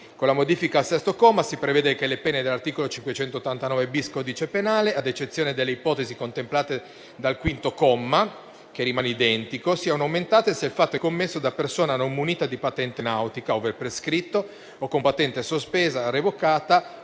Con la modifica al sesto comma si prevede che le pene dell'articolo 589-*bis* del codice penale, ad eccezione delle ipotesi contemplate dal quinto comma, che rimane identico, siano aumentate se il fatto è commesso da persona non munita di patente nautica, ove prescritto, o con patente sospesa o revocata